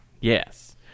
Yes